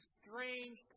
strange